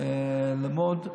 צריך ללמוד ליבה.